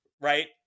right